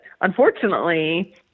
unfortunately